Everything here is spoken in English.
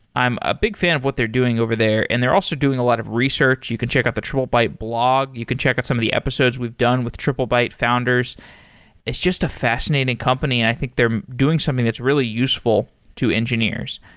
i'm a big fan of what they're doing over there and they're also doing a lot of research. you can check out the triplebyte blog. you can check out some of the episodes we've done with triplebyte founders it's just a fascinating company and i think they're doing something that's really useful to engineers.